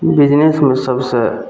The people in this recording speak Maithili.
बिजनेसमे सबसे